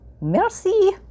Merci